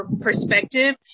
perspective